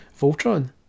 Voltron